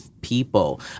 people